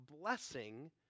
blessing